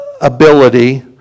ability